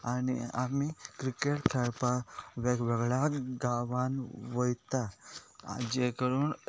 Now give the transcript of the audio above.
आनी आमी क्रिकेट खेळपाक वेगवेगळ्या गांवान वयता जे करून